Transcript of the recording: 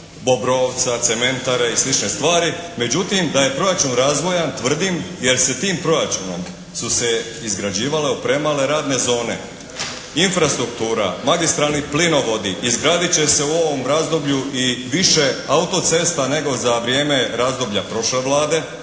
Bobrovca, cementare i slične stvari. Međutim, da je proračun razvojan tvrdim jer se tim proračunom su se izgrađivale, opremale radne zone. Infrastruktura, magistralni plinovodi izgradit će se u ovom razdoblju i više autocesta nego za vrijeme razdoblja prošle Vlade,